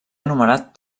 anomenat